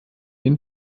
den